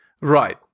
Right